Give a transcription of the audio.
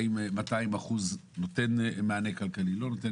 האם 200% נותנים מענה כלכלי או לא,